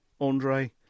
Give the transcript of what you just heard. Andre